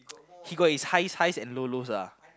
he got his high highs and low lows lah